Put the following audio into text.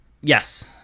Yes